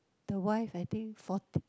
the wife I think forty